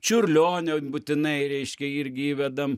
čiurlionio būtinai reiškia irgi įvedam